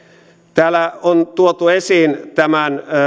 täällä on tuotu esiin tämän